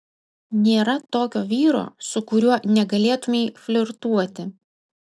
nėra tokio vyro su kuriuo negalėtumei flirtuoti